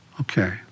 Okay